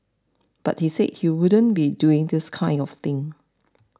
but he said he wouldn't be doing this kind of thing